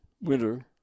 Winter